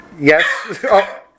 Yes